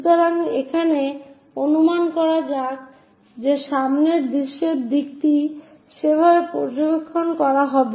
সুতরাং এখানে অনুমান করা যাক যে সামনের দৃশ্যের দিকটিকে সেভাবে পর্যবেক্ষণ করা হবে